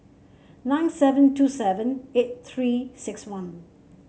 nine seven two seven eight Three six one